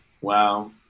Wow